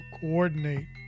coordinate